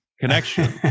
connection